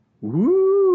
Woo